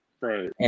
Right